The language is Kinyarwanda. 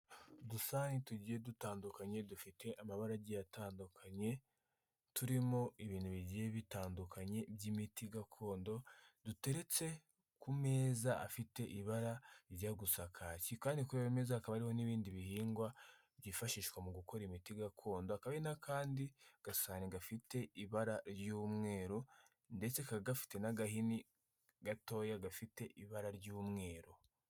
udusahani tugiye dutandukanye dufite amabara agiye atandukanye, turimo ibintu bibiri bitandukanye by'imiti gakondo, duteretse ku meza afite ibara rijya gusa kaki. Kandi kuri ayo meza hakaba hariho n'ibindi bihingwa byifashishwa mu gukora imiti gakondo, hakaba n'akandi gasahani gafite ibara ry'umweru, ndetse kakaba gafite n'agahini gatoya gafite ibara ry'umweru.